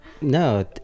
No